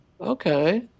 Okay